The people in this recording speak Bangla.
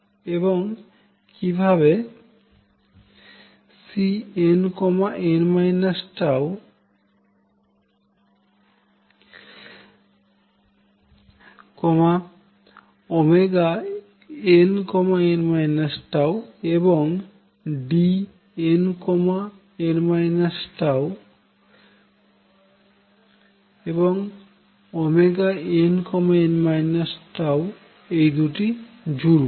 এবং কিভাবে Cnn τ nn τ এবং Dnn τ nn τ এই দুটি জুড়বো